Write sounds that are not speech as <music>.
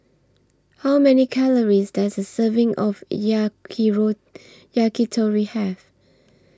How Many Calories Does A Serving of <unintelligible> Yakitori Have